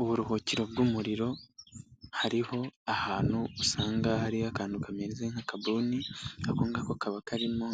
Uburuhukiro bw'umuriro hariho ahantu usanga hariho akantu kameze nk'akabuni, ako ngako kaba karimo